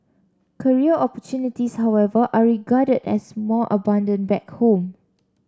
career opportunities however are regarded as more abundant back home